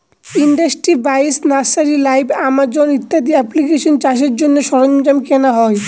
industry বাইশ, nursery live, Amazon ইত্যাদি এপ্লিকেশানে চাষের জন্য সরঞ্জাম কেনা হয়